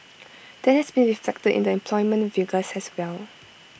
that has been reflected in the employment figures as well